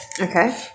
Okay